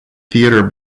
theatre